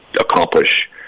Accomplish